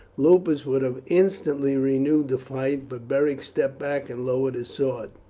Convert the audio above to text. lupus would have instantly renewed the fight, but beric stepped back and lowered his sword.